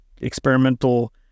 experimental